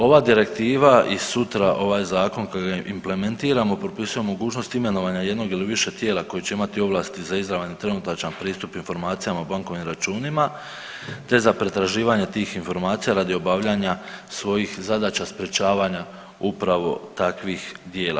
Ova direktiva i sutra ovaj zakon kojeg implementiramo propisuje mogućnost imenovanja jednog ili više tijela koji će imati ovlasti za izravan i trenutačan pristup informacijama o bankovnim računima, te za pretraživanje tih informacija radi obavljanja svojih zadaća sprječavanja upravo takvih djela.